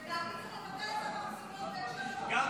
לדעתי צריך לבטל את צו החסינויות, אחרת לא נצליח.